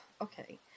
okay